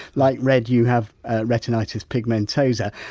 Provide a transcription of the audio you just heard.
like red you have ah retinitis pigmentosa.